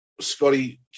Scotty